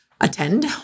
attend